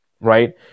right